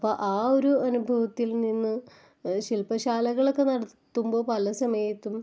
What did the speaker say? അപ്പം ആ ഒരു അനുഭവത്തില് നിന്ന് ശില്പ്പശാലകളൊക്കെ നടത്തുമ്പോള് പല സമയത്തും